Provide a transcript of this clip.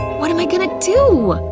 what am i gonna do?